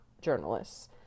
journalists